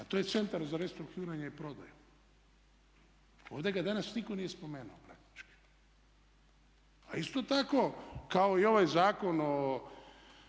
a to je Centar za restrukturiranje i prodaju. Ovdje ga danas nitko nije spomenuo praktički. A isto tako kao i ovaj Zakon o